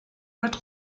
mit